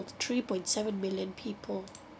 three point seven million people